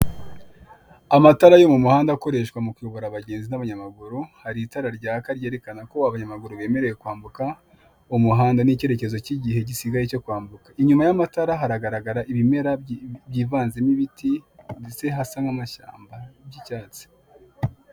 Amatara yo mu muhanda akoreshwa mu kuyobora abagenzi n'abanyamaguru, hari itara ryaka ryerekana ko abanyamaguru bemerewe kwambuka, umuhanda n'icyerekezo cy'igihe gisigaye cyo kwambuka, inyuma y'amatara haragaragara ibimera byivanze n'ibiti ndetse hasa n'amashyamba by'icyatsi.